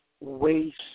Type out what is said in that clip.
waste